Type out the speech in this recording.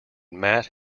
mat